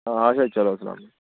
آ اَچھا چلو